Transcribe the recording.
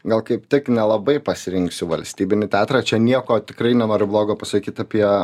gal kaip tik nelabai pasirinksiu valstybinį teatrą čia nieko tikrai nenoriu blogo pasakyt apie